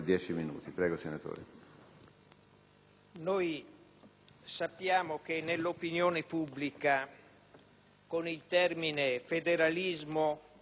sappiamo che nell'opinione pubblica con il termine federalismo